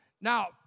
Now